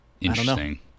Interesting